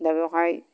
दा बेवहाय